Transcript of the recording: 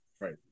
Right